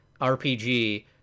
RPG